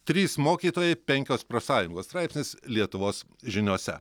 trys mokytojai penkios profsąjungos straipsnis lietuvos žiniose